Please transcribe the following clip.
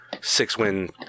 six-win